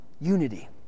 unity